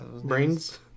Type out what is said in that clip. Brains